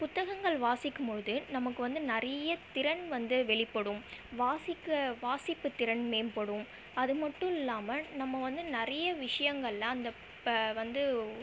புத்தகங்கள் வாசிக்கும் பொழுது நமக்கு வந்து நிறைய திறன் வந்து வெளிப்படும் வாசிக்க வாசிப்பு திறன் மேம்படும் அதுமட்டும் இல்லாமல் நம்ம வந்து நிறைய விஷயங்களில் அந்த ப வந்து